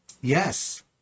Yes